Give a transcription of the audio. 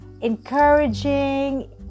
encouraging